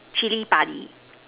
Chili padi